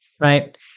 right